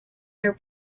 their